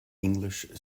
english